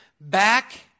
Back